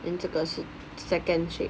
then 这个是 second shape